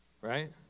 right